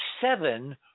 seven